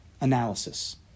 analysis